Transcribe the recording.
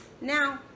Now